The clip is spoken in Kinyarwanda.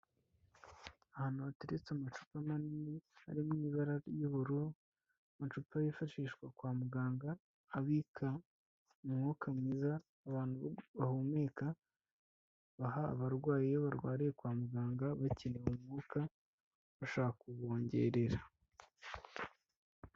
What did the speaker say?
Ahantu hateretse amacupa manini ari mu ibara ry'ubururu, amacupa yifashishwa kwa muganga abika umwuka mwiza abantu bahumeka, baha abarwayi iyo barwariye kwa muganga bakeneye umwuka bashaka kubongerera.